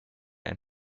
ein